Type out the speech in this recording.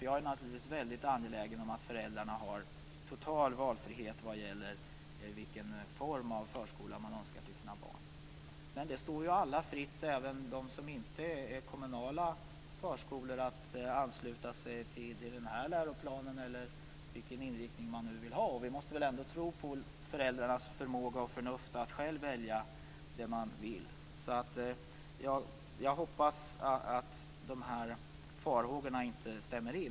Jag är naturligtvis väldigt angelägen om att föräldrarna skall ha total valfrihet när det gäller vilken form av förskola som de önskar till sina barn. Men det står ju alla fritt - även för de förskolor som inte är kommunala - att ansluta sig till denna läroplan eller till någon annan inriktning. Vi måste väl tro på föräldrarnas förmåga och förnuft när det gäller att själva välja vad de vill. Jag hoppas att dessa farhågor inte besannas.